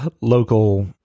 Local